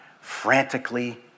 frantically